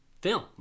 film